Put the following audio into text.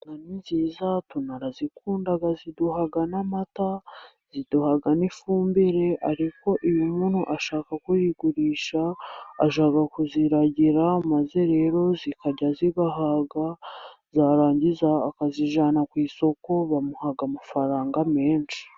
Inka ni nziza tunarazikunda ziduha n'amata, ziduha n'ifumbire. Ariko iyo umuntu ashaka kuyigurisha ajya kuziragira maze rero zikarya zigahaga, zarangiza akazijyana ku isoko bamuha amafaranga menshi.